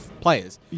players